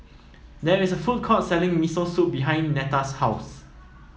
there is a food court selling Miso Soup behind Netta's house